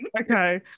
Okay